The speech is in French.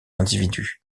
individus